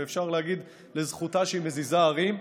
ואפשר להגיד לזכותה שהיא מזיזה הרים.